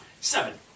seven